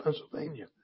Pennsylvania